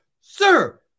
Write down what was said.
sir